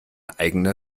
eigener